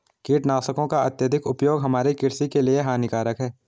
कीटनाशकों का अत्यधिक उपयोग हमारे कृषि के लिए हानिकारक है